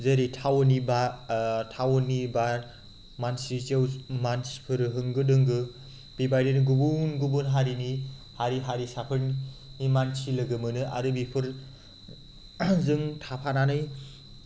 जेरै टाउननि टाउननि बा मानसि जेव जेव मानसिफोर होंगो दोंगो बेबायदिनो गुबुन गुबुन हारिनि हारि हारिसाफोरनि मानसि लोगो मोनो आरो बेफोरजों थाफानानै